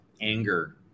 anger